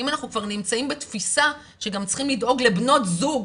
אם אנחנו כבר נמצאים בתפיסה שגם צריכים לדאוג לבנות זוג,